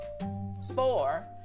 Four